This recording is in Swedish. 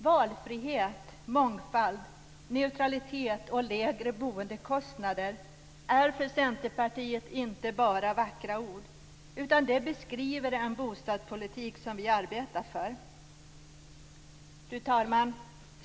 Valfrihet och mångfald, neutralitet och lägre boendekostnader är för Centerpartiet inte bara vackra ord utan beskriver den bostadspolitik som vi arbetar för. Fru talman!